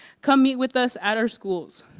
come meet with us at our schools.